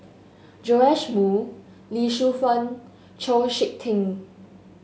Joash Moo Lee Shu Fen Chau SiK Ting